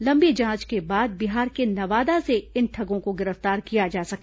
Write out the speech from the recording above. लंबी जांच के बाद बिहार के नवादा से इन ठगों को गिरफ्तार किया जा सका